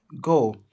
Go